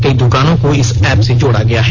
कई दुकानों को इस एप से जोड़ा गया है